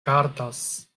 gardas